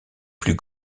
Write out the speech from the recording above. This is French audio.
plus